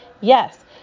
Yes